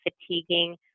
fatiguing